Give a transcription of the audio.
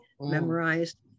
memorized